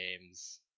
Games